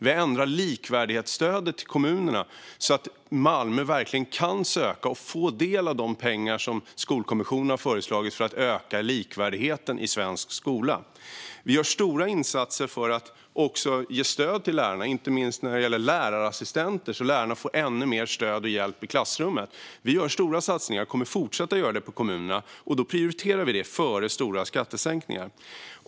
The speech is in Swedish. Vi ändrar likvärdighetsstödet till kommunerna, så att Malmö verkligen kan söka och få del av de pengar som Skolkommissionen har föreslagit för att öka likvärdigheten i svensk skola. Vi gör stora insatser för att också ge stöd till lärarna, inte minst när det gäller lärarassistenter, så att lärarna får ännu mer stöd och hjälp i klassrummet. Vi gör stora satsningar på kommunerna och kommer att fortsätta göra det. Det prioriterar vi före stora skattesänkningar.